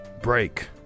Break